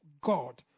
God